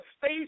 face